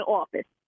office